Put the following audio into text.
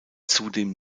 zudem